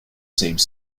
same